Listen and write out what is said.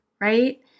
right